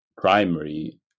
primary